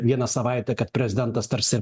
vieną savaitę kad prezidentas tarsi